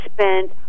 spent